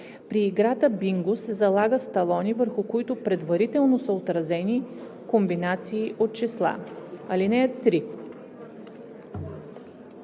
При играта бинго се залага с талони, върху които предварително са отразени комбинации от числа. (3)